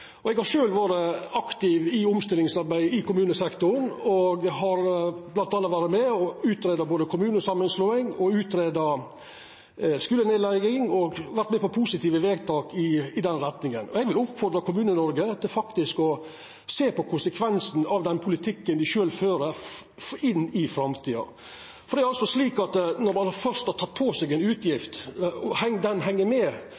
Eg har sjølv vore aktiv i omstillingsarbeid i kommunesektoren og har bl.a. vore med på å greia ut både kommunesamanslåing og skulenedlegging, og eg har vore med på positive vedtak i den retninga. Eg vil oppmoda Kommune-Noreg om å sjå på konsekvensen av den politikken dei sjølve fører inn i framtida, for når ein først har teke på seg ei utgift, og ho heng med,